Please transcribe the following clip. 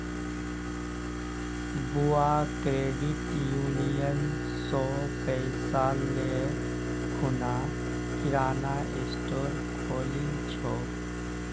बुआ credit union स पैसा ले खूना किराना स्टोर खोलील छ